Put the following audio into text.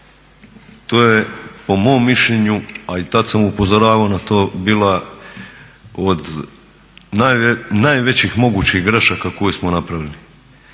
To je po mom mišljenju, a i tad sam upozoravao na to bila od najvećih mogućih grešaka koju smo napravili.